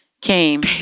came